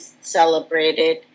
celebrated